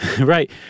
Right